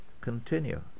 continue